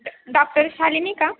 ड डॉक्टर शालिनी का